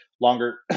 longer